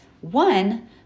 One